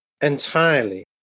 entirely